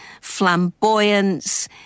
flamboyance